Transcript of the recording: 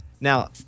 Now-